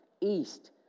east